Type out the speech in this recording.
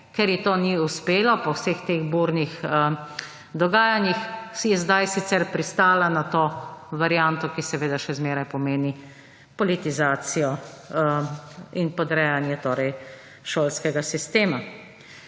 Ker ji to ni uspelo po vseh teh burnih dogajanjih, je zdaj sicer pristala na to varianto – ki seveda že zmeraj pomeni politizacijo in podrejanje torej šolskega sistema.